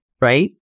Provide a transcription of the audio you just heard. right